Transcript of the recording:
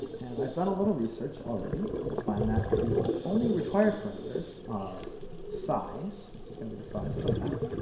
and i've done a little research already to find that the only required parameters are size which is going to be the size of the map,